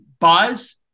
buzz